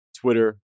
Twitter